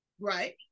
Right